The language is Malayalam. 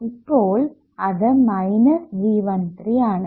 ഇപ്പോൾ അത് മൈനസ് G13 ആണ്